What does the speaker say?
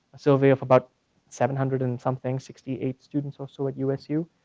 survey of about seven hundred and something, sixty eight students or so at usu,